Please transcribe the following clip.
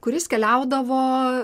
kuris keliaudavo